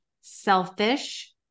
selfish